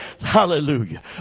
Hallelujah